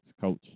coach